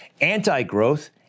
anti-growth